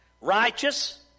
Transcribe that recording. Righteous